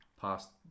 past